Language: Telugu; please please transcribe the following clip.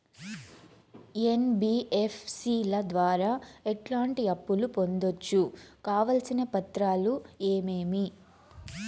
ఎన్.బి.ఎఫ్.సి ల ద్వారా ఎట్లాంటి అప్పులు పొందొచ్చు? కావాల్సిన పత్రాలు ఏమేమి?